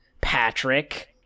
Patrick